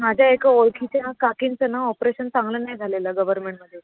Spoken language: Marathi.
माझ्या एका ओळखीच्या काकींचं ना ऑपरेशन चांगलं नाही झालेलं गवर्नमेंटमध्ये